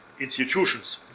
institutions